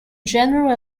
general